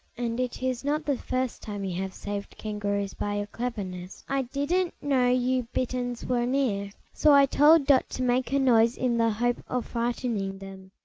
and it is not the first time you have saved kangaroos by cleverness. i didn't know you bitterns were near, so i told dot to make a noise in the hope of frightening them.